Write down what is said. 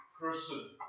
person